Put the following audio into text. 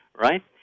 right